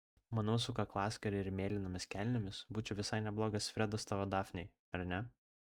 manau su kaklaskare ir mėlynomis kelnėmis būčiau visai neblogas fredas tavo dafnei ar ne